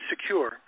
secure